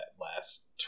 last